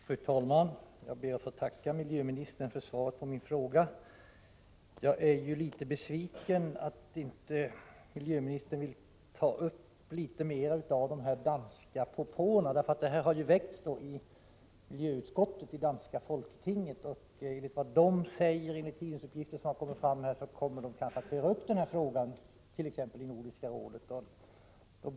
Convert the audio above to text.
Fru talman! Jag ber att få tacka miljöministern för svaret på min fråga. Jag är litet besviken över att miljöministern inte ville ta upp de danska propåerna i detta sammanhang. Denna fråga har ju väckts i Folketingets miljöutskott, och enligt tidningsuppgifter kommer man därifrån att kanske ta upp den här frågan, t.ex. i Nordiska rådet.